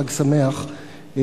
חג שמח,